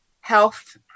health